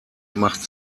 macht